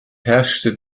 herrschte